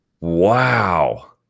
Wow